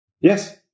Yes